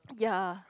ya